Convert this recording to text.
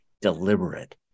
deliberate